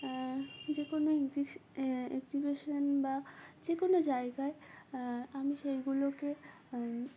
যে কোনো্ এক্সিবিশান বা যে কোনো জায়গায় আমি সেইগুলোকে